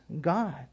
God